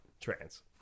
trans